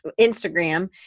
Instagram